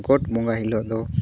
ᱜᱚᱴ ᱵᱚᱸᱜᱟᱭ ᱦᱤᱞᱳᱜ ᱫᱚ